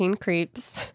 Creeps